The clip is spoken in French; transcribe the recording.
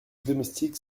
domestiques